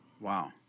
Wow